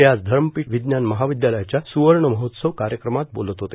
ते आज धरमपेठ विज्ञान महाविद्यालयाच्या स्वर्ण महोत्सव कार्यक्रमात बोलत होते